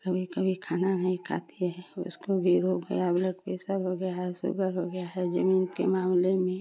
कभी कभी खाना नहीं खाती हैं उसको भी रोग है या ब्लड पेसर हो गया है सुगर हो गया है जमीन के मामले में